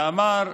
הוא אמר: